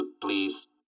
please